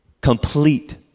complete